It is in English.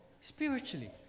spiritually